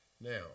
Now